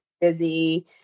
busy